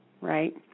right